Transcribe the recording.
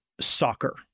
soccer